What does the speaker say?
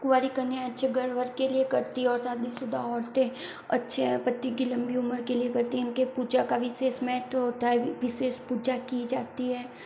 कुंवारी कन्यायें अच्छे घर वर के लिए करती है और शादीशुदा औरतें अच्छे पति की लंबी उम्र के लिए करती हैं उनकी पूजा का विशेष महत्व होता है विशेष पूजा की जाती है